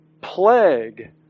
plague